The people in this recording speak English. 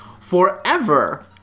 forever